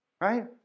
Right